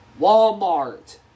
Walmart